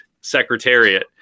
Secretariat